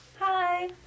Hi